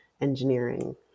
engineering